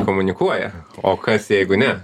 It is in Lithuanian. komunikuoja o kas jeigu ne